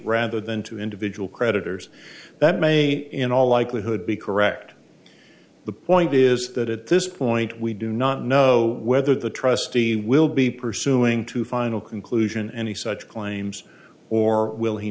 rather than to individual creditors that may in all likelihood be correct the point is that at this point we do not know whether the trustee will be pursuing to final conclusion any such claims or will he